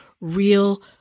real